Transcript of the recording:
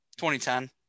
2010